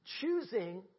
Choosing